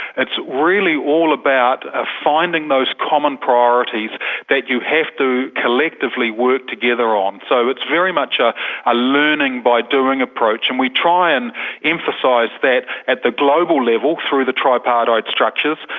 it's really all about ah finding those common priorities that you have to collectively work together on. so it's very much a ah learning-by-doing approach, and we try and emphasise that at the global level through the tripartite structures.